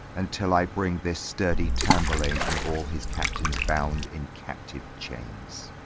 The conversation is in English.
until i bring this sturdy tamburlaine and all his captains bound in captive chains.